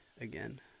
again